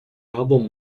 album